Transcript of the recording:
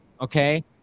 Okay